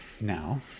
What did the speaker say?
now